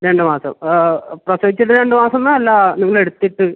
രണ്ട് മാസം പ്രസവിച്ചിട്ട് രണ്ട് മാസം എന്നാണോ അല്ല നിങ്ങൾ എടുത്തിട്ടോ